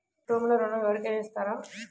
కుటుంబంలో ఋణం ఎవరికైనా ఇస్తారా?